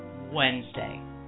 Wednesday